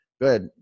Good